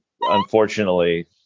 unfortunately